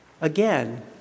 again